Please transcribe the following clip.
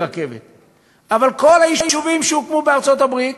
אבל כל היישובים שהוקמו בארצות-הברית,